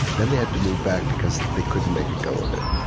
then they had to move back because they couldn't make a go of it.